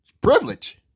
privilege